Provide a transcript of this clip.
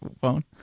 phone